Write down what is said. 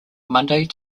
monday